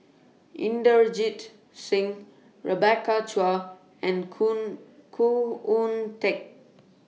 Inderjit Singh Rebecca Chua and Khoo Khoo Oon Teik